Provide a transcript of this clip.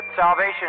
salvation